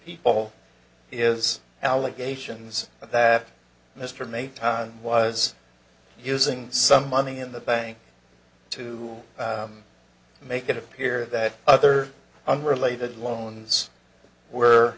people is allegations that mr may time was using some money in the bank to make it appear that other unrelated loans were